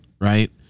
right